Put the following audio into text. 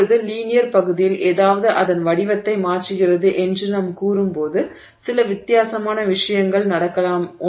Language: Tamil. இப்போது லீனியர் பகுதியில் ஏதாவது அதன் வடிவத்தை மாற்றுகிறது என்று நாம் கூறும்போது சில வித்தியாசமான விஷயங்கள் நடக்கலாம்